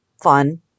fun